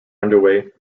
underway